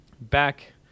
Back